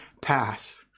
pass